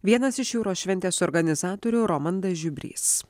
vienas iš jūros šventės organizatorių romandas žiubrys